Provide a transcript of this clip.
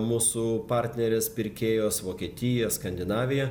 mūsų partnerės pirkėjos vokietija skandinavija